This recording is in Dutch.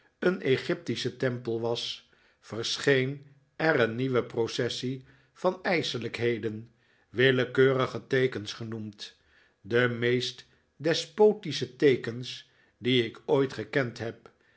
een egyptische tempel was verscheen er een nieuwe processie van ijselijkheden willekeurige teekens genoemd de meest despotische teekens die ik ooit gekend heb